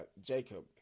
Jacob